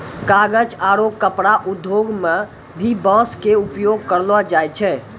कागज आरो कपड़ा उद्योग मं भी बांस के उपयोग करलो जाय छै